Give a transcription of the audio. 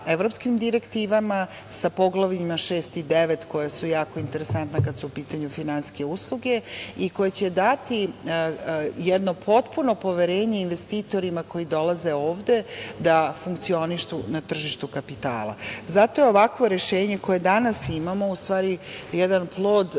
sa evropskim direktivama, sa poglavljima 6 i 9, koja su jako interesantna kada su u pitanju finansijske usluge i koje će dati jedno potpuno poverenje investitorima koji dolaze ovde da funkcionišu na tržištu kapitala. Zato je ovakvo rešenje koje danas imamo u stvari jedan plod